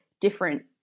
different